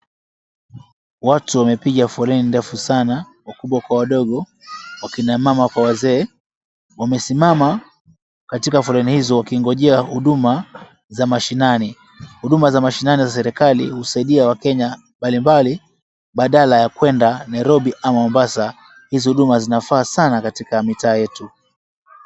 Watu wamepiga foleni ndefu sana wakubwa kwa wadogo wakinamama kwa wazee wamesimama katika foleni hizo wakingojea huduma za mashinani. Huduma za mashinani za serikali husaidia wakenya mbalimbali. Badala ya kwenda Nairobi ama Mombasa, hizi huduma zinafaa sana katika mitaa yetu.